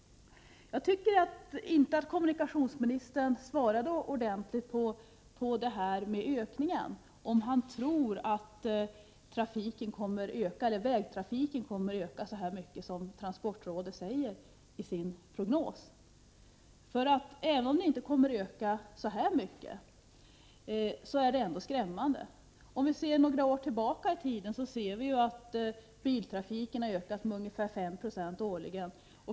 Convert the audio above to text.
Jag tycker inte att kommunikationsministern svarade ordentligt på frågan om han tror att vägtrafiken kommer att öka så mycket som transportrådet säger i sin prognos. Även om den inte kommer att öka så mycket som sägs i prognosen är det ändå skrämmande. Om vi ser några år tillbaka i tiden kan vi konstatera att biltrafiken har ökat med ungefär 5 96 årligen.